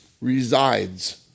resides